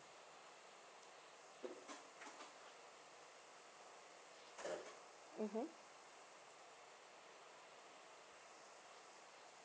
mmhmm